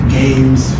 games